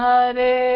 Hare